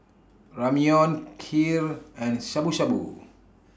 Ramyeon Kheer and Shabu Shabu